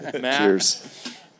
Cheers